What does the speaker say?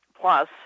Plus